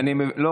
רק שנייה.